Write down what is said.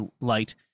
light